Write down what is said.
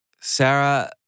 Sarah